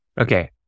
Okay